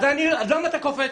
למה אתה קופץ?